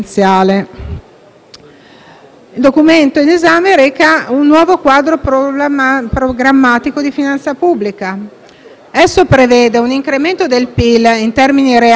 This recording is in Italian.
Il Documento in esame reca un nuovo quadro programmatico di finanza pubblica. Esso prevede un incremento del PIL in termini reali e non nominali